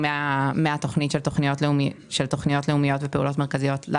כספים מתכניות לאומיות ופעולות מרכזיות,